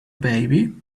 baby